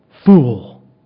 Fool